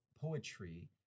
poetry